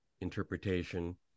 interpretation